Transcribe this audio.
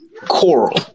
Coral